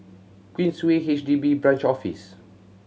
Queensway H D B Branch Office